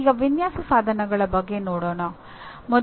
ಈಗ ವಿನ್ಯಾಸ ಸಾಧನಗಳ ಬಗ್ಗೆ ನೋಡೋಣ